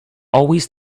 always